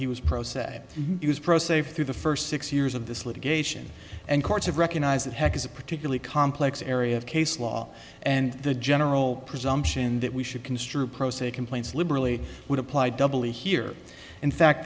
he was pro se use pro se for through the first six years of this litigation and courts have recognized that heck is a particularly complex area of case law and the general presumption that we should construe pro se complaints liberally would apply doubly here in fact